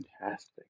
fantastic